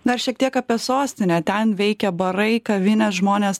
dar šiek tiek apie sostinę ten veikia barai kavinės žmonės